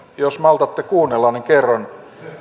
jos maltatte kuunnella niin kerron